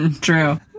True